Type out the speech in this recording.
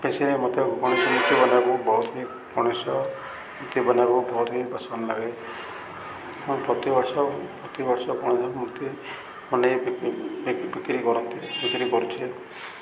ବେଶୀରେ ମତେ କୌଣସି ମୂର୍ତ୍ତି ବନବାକୁ ବହୁତ ହିଁ କୌଣସି ମୂର୍ତ୍ତି ବନେଇବାକୁ ବହୁତ ହିଁ ପସନ୍ଦ ଲାଗେ ମୁଁ ପ୍ରତିବର୍ଷ ପ୍ରତିବର୍ଷ କୌଣସି ମୂର୍ତ୍ତି ବନେଇ ବିକ୍ରି କରନ୍ତି ବିକ୍ରି କରୁଛେ